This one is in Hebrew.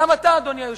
גם אתה אדוני היושב-ראש,